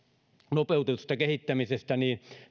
nopeutetusta kehittämisestä niin